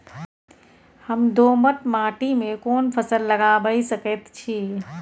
हम दोमट माटी में कोन फसल लगाबै सकेत छी?